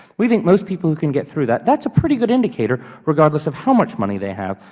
we think most people can get through that. that's a pretty good indicator, regardless of how much money they have,